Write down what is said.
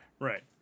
Right